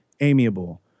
amiable